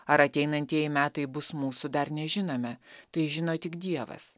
ar ateinantieji metai bus mūsų dar nežinome tai žino tik dievas